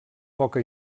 poca